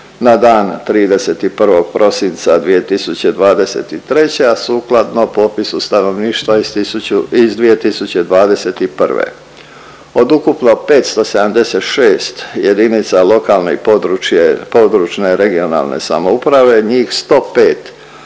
Na dan 31. prosinca 2023., a sukladno popisu stanovnika iz tisuću iz 2021. Od ukupno 576 jedinica lokalne i područje, područne regionalne samouprave njih 105